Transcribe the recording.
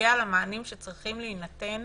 בנוגע למענים שצריכים להינתן